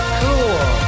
cool